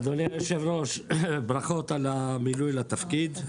אדוני היושב-ראש, ברכות על המינוי לתפקיד.